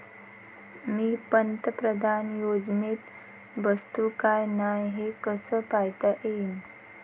मी पंतप्रधान योजनेत बसतो का नाय, हे कस पायता येईन?